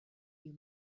you